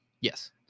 Yes